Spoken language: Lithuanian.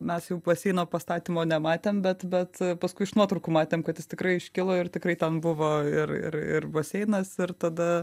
mes jau baseino pastatymo nematėm bet bet paskui iš nuotraukų matėm kad jis tikrai iškilo ir tikrai ten buvo ir ir baseinas ir tada